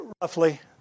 Roughly